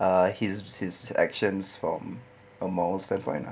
ah his his actions from a moral standpoint ah